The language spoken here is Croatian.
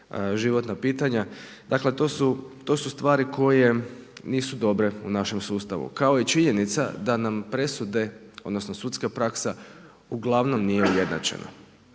životna pitanja. Dakle, to su stvari koje nisu dobre u našem sustavu kao i činjenica da nam presude, odnosno sudska praksa uglavnom nije ujednačena.